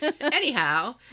Anyhow